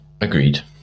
Agreed